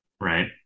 Right